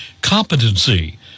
competency